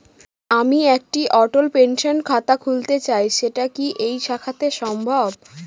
আমি একটি অটল পেনশন খাতা খুলতে চাই সেটা কি এই শাখাতে সম্ভব?